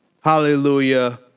hallelujah